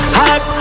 hot